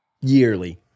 yearly